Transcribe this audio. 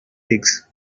figs